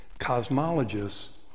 Cosmologists